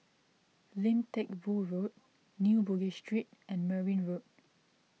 Lim Teck Boo Road New Bugis Street and Merryn Road